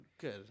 good